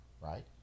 right